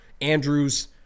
Andrews